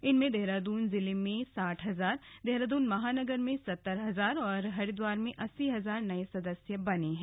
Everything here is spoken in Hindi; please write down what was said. इनमें देहरादून जिले में साठ हजार देहरादून महानगर में सत्तर हजार और हरिद्वार में अस्सी हजार नए सदस्य बने हैं